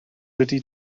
wedi